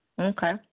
Okay